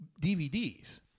DVDs